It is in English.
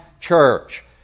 church